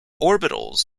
orbitals